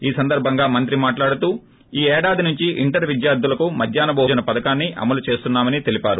ఈ సందర్బంగా మంత్రి మాట్లాడుతూ ఈ ఏడాది నుంచి ఇంటర్ విద్యార్థులకు మధ్యాహ్న భోజన పథకాన్ని అమలు చేస్తున్నామని తెలిపారు